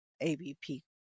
ABP